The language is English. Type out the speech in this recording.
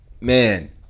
man